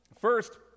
First